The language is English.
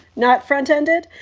not front ended.